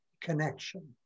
connection